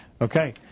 okay